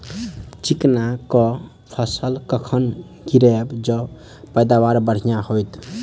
चिकना कऽ फसल कखन गिरैब जँ पैदावार बढ़िया होइत?